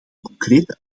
concrete